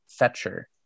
Fetcher